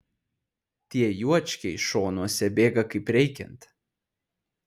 tie juočkiai šonuose bėga kaip reikiant